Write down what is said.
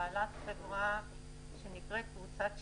בעלת חברה שנקראת קבוצת שטיר.